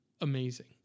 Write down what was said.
amazing